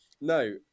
no